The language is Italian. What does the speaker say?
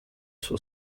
suo